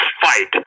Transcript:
fight